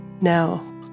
Now